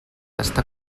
està